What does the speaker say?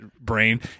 brain